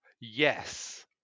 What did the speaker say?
yes